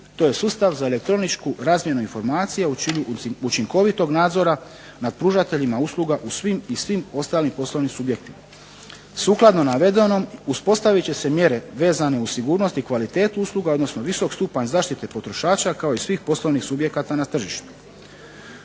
To je sustav za elektroničku razmjenu informacija učinkovitog nadzora nad pružateljima usluga u svim i svim ostalim poslovnim subjektima. Sukladno navedenom uspostavit će se mjere vezane uz sigurnost i kvalitetu usluga, odnosno visok stupanj zaštite potrošača kao i svih poslovnih subjekata na tržištu.